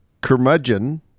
curmudgeon